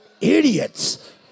Idiots